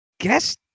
guess